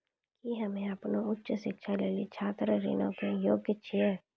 कि हम्मे अपनो उच्च शिक्षा लेली छात्र ऋणो के योग्य छियै?